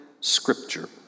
Scripture